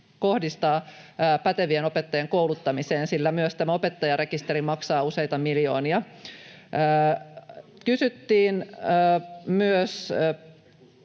kohdistaa pätevien opettajien kouluttamiseen, sillä myös tämä opettajarekisteri maksaa useita miljoonia. Kysyttiin myös...